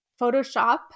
Photoshop